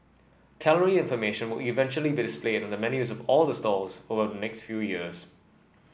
calorie information will eventually be displayed on the menus of all the stalls over the next few years